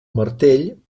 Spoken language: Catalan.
martell